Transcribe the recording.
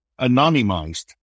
anonymized